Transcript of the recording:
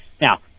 Now